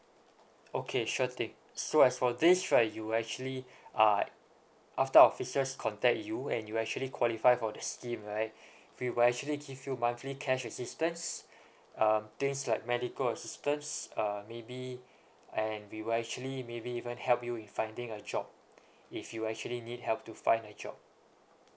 okay sure thing so as for this right you actually uh after officers contact you when you actually qualify for the scheme right we will actually give you monthly cash assistance um things like medical assistance uh maybe and we will actually maybe even help you in finding a job if you actually need help to find a job